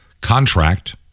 contract